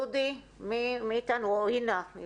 דודי או אינה?